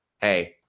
hey